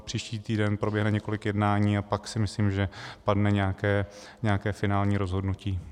Příští týden proběhne několik jednání a pak si myslím, že padne nějaké finální rozhodnutí.